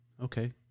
Okay